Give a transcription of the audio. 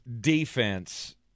defense